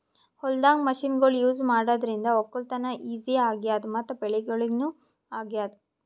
ಹೊಲ್ದಾಗ್ ಮಷಿನ್ಗೊಳ್ ಯೂಸ್ ಮಾಡಾದ್ರಿಂದ ವಕ್ಕಲತನ್ ಈಜಿ ಆಗ್ಯಾದ್ ಮತ್ತ್ ಬೆಳವಣಿಗ್ ನೂ ಆಗ್ಯಾದ್